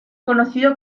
conocido